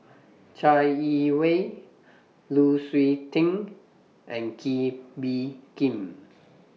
Chai Yee Wei Lu Suitin and Kee Bee Khim